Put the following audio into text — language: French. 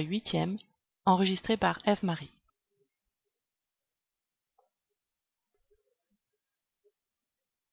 vi